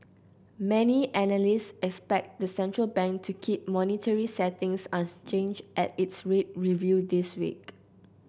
many analysts expect the central bank to keep monetary settings unchanged at its rate review this week